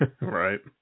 right